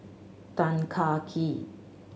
Tan Kah Kee